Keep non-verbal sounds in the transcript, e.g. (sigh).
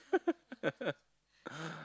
(laughs)